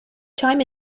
time